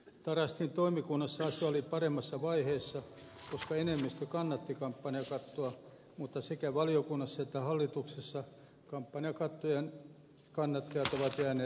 tarastin toimikunnassa asia oli paremmassa vaiheessa koska enemmistö kannatti kampanjakattoa mutta sekä valiokunnassa että hallituksessa kampanjakattojen kannattajat ovat jääneet vähemmistöön